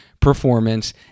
performance